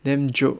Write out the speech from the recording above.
damn joke